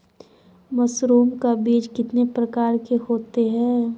Mushroom का बीज कितने प्रकार के होते है?